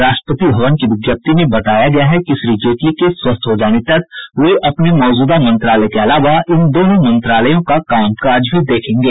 राष्ट्रपति भवन की विज्ञप्ति में बताया गया है कि श्री जेटली के स्वस्थ हो जाने तक वे अपने मौजूदा मंत्रालय के अलावा इन दोनों मंत्रालयों का कामकाज भी देखेंगे